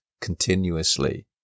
continuously